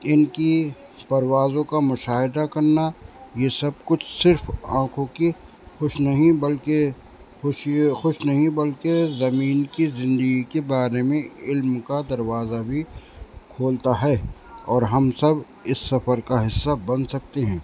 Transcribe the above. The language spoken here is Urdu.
ان کی پروازوں کا مشاہدہ کرنا یہ سب کچھ صرف آنکھوں کی خوش نہیں بلکہ خوشی خوش نہیں بلکہ زمین کی زندگی کے بارے میں علم کا دروازہ بھی کھولتا ہے اور ہم سب اس سفر کا حصہ بن سکتے ہیں